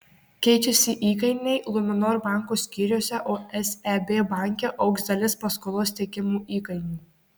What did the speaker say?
keičiasi įkainiai luminor banko skyriuose o seb banke augs dalis paskolos teikimo įkainių